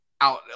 out